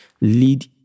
lead